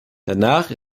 danach